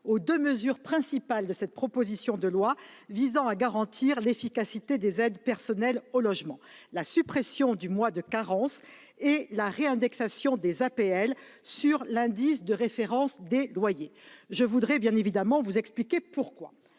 aux deux mesures principales de cette proposition de loi visant à garantir l'efficacité des aides personnelles au logement : la suppression du mois de carence et la réindexation des APL sur l'indice de référence des loyers. Nous sommes- à une large majorité